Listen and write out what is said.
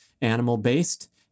animal-based